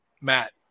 Matt